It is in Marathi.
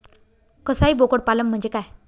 कसाई बोकड पालन म्हणजे काय?